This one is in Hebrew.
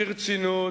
ברצינות,